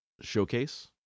showcase